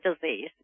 disease